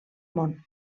món